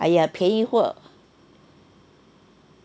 !aiya! 便宜货